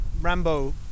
Rambo